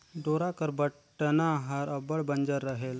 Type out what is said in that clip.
डोरा कर बटना हर अब्बड़ बंजर रहेल